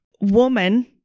Woman